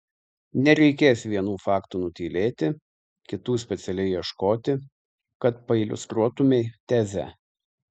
nereikės vienų faktų nutylėti kitų specialiai ieškoti kad pailiustruotumei tezę